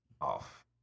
off